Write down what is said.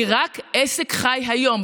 כי רק עסק חי היום,